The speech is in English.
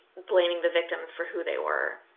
blaming the victims for who they were,